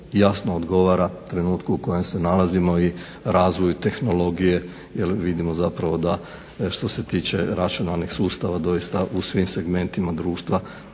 odgovara trenutku u kojem se nalazimo i razvoju tehnologije jer vidimo zapravo da što se tiče računalnih sustava doista u svih segmentima društva